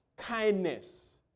kindness